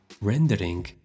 rendering